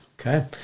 Okay